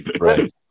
right